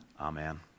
Amen